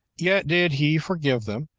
yet did he forgive them,